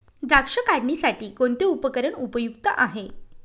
द्राक्ष काढणीसाठी कोणते उपकरण उपयुक्त आहे?